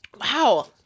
Wow